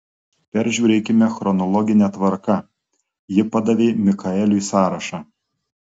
peržiūrėkime chronologine tvarka ji padavė mikaeliui sąrašą